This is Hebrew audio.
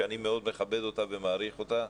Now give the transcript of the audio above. שאני מאוד מכבד אותה ומעריך אותה,